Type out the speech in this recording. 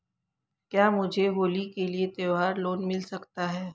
क्या मुझे होली के लिए त्यौहार लोंन मिल सकता है?